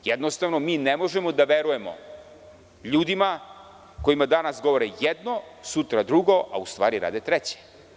Jednostavno, mi ne možemo da verujemo ljudima kojima danas govore jedno, sutra drugo, a u stvari rade treće.